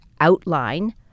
outline